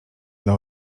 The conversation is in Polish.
dla